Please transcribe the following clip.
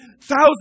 thousands